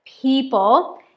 people